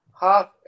half